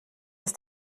ist